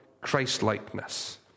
Christ-likeness